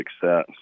success